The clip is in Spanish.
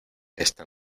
esta